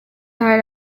hari